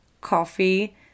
coffee